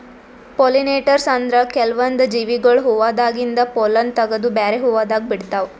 pollinators ಅಂದ್ರ ಕೆಲ್ವನ್ದ್ ಜೀವಿಗೊಳ್ ಹೂವಾದಾಗಿಂದ್ ಪೊಲ್ಲನ್ ತಗದು ಬ್ಯಾರೆ ಹೂವಾದಾಗ ಬಿಡ್ತಾವ್